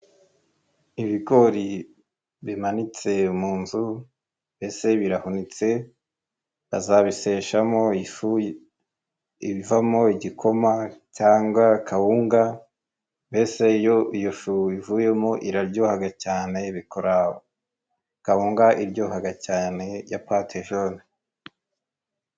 Ibigori bimanitse mu nzu ese birahunitse bazabiseshamo ifu ivamo igikoma cyangwa kawunga, mbese iyo iyo fu ivuyemo iraryohaga cyane bikora kawunga iryohaga cyane ya patejone.